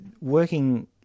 working